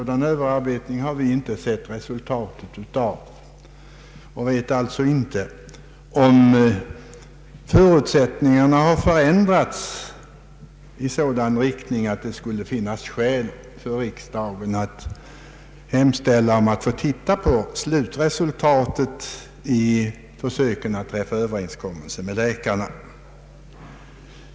Den överarbetningen har vi inte sett resultatet av och vet alltså inte om ändrade förutsättningar gör att det kan finnas anledning för riksdagen att hemställa om att få se på slutresultatet av försöken att träffa överenskommelse med läkarna.